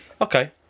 Okay